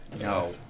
No